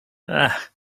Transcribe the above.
ach